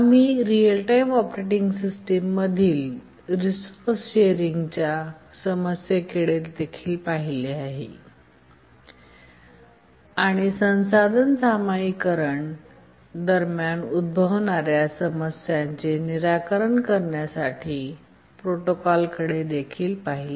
आम्ही real time operating सिस्टीममधील resource शेअरींगच्या समस्येकडे देखील पाहिले आणि संसाधन सामायिकरण दरम्यान उद्भवणार्या समस्यांचे निराकरण करण्यासाठी प्रोटोकॉलकडे देखील पाहिले